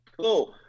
cool